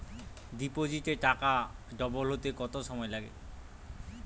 ডিপোজিটে টাকা ডবল হতে কত সময় লাগে?